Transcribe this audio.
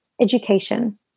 education